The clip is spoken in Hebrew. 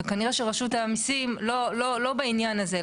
וכנראה שרשות המיסים לא בעניין הזה,